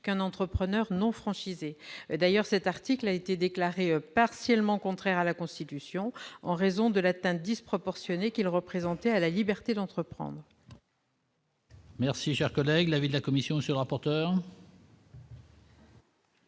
qu'un entrepreneur non franchisés d'ailleurs cet article a été déclarée partiellement contraire à la Constitution, en raison de l'atteinte disproportionnée qu'il représentait à la liberté d'entreprendre. Merci, cher collègue, l'avis de la commission sera porteur.